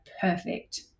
perfect